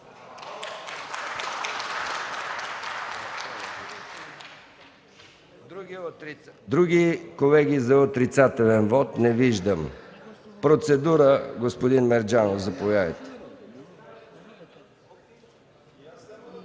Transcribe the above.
Други колеги за отрицателен вот? Не виждам. Процедура – господин Мерджанов, заповядайте.